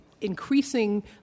increasing